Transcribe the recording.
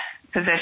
position